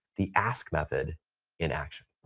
the ask method in action.